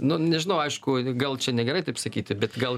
nu nežinau aišku gal čia negerai taip sakyti bet gal